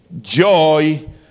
joy